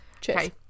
Cheers